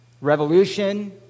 ...revolution